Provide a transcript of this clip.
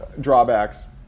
drawbacks